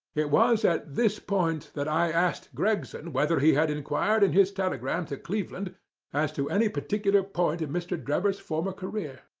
it was at this point that i asked gregson whether he had enquired in his telegram to cleveland as to any particular point in mr. drebber's former career.